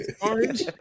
orange